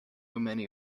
many